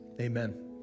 Amen